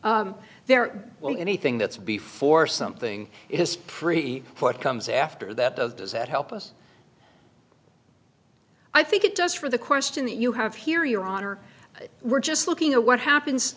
there when anything that's before something is pre what comes after that does does that help us i think it does for the question that you have here your honor we're just looking at what happens